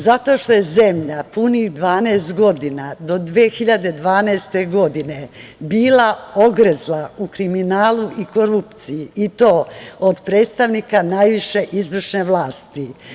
Zato što je zemlja punih 12 godina, do 2012. godine, bila ogrezla u kriminalu i korupciji i to od predstavnika najviše izvršne vlasti.